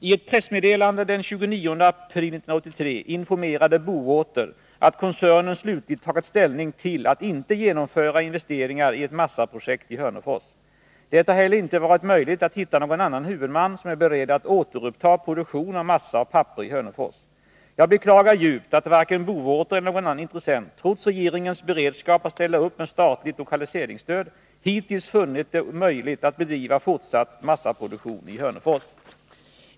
I ett pressmeddelande den 29 april 1983 informerade Bowater att koncernen slutgiltigt tagit ställning till att inte genomföra investeringar i ett massaprojekt i Hörnefors. Det har heller inte varit möjligt att hitta någon annan huvudman som är beredd att återuppta produktion av massa och papperi Hörnefors. Jag beklagar djupt att varken Bowater eller någon annan intressent, trots regeringens beredskap att ställa upp med statligt lokaliseringsstöd, hittills funnit det möjligt att bedriva fortsatt massaproduktion i Hörnefors.